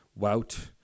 Wout